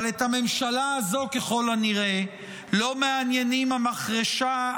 אבל את הממשלה הזו ככל הנראה לא מעניינים המחרשה,